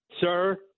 sir